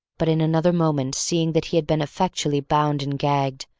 but in another moment seeing that he had been effectually bound and gagged,